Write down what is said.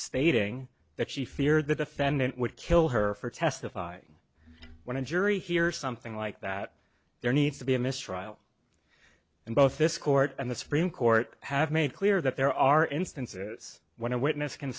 stating that she feared the defendant would kill her for testifying when a jury hears something like that there needs to be a mistrial and both this court and the supreme court have made clear that there are instances when a witness can